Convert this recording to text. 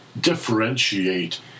differentiate